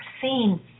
seen